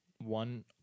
one